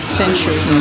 century